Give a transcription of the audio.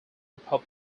republic